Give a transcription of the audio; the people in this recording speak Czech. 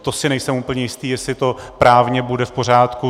To si nejsem úplně jistý, jestli to právně bude v pořádku.